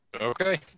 Okay